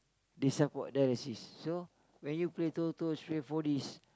they support dialysis so when you play Totos four Ds